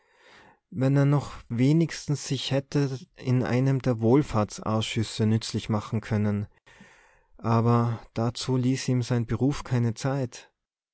wenn er noch wenigstens sich hätte in einem der wohlfahrtsausschüsse nützlich machen können aber dazu ließ ihm sein beruf keine zeit